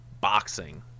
boxing